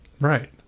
Right